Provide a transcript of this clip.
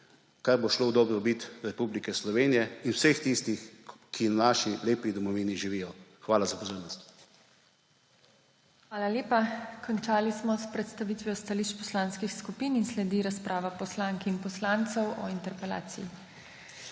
kar bo šlo v dobrobit Republike Slovenije in vseh tistih, ki v naši lepi domovini živijo. Hvala za pozornost. **PODPREDSEDNICA TINA HEFERLE:** Hvala lepa. Končali smo s predstavitvijo stališč poslanskih skupin in sledi razprava poslank in poslancev o interpelaciji.